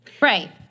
right